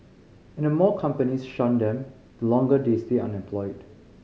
and the more companies shun them the longer they stay unemployed